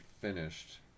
finished